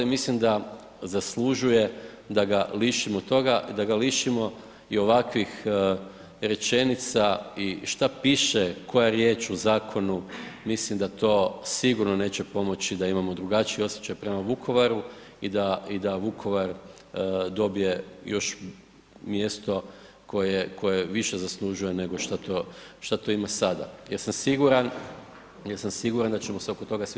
I mislim da zaslužuje da ga lišimo toga, da ga lišimo i ovakvih rečenica i šta piše koja riječ u zakonu, mislim da to sigurno neće pomoći da imamo drugačiji osjećaj prema Vukovaru i da Vukovar dobije još mjesto koje više zaslužuje nego šta to ima sada jer sam siguran, jer sam siguran da ćemo se oko toga svi